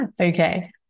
Okay